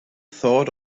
thought